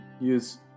use